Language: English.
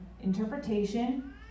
interpretation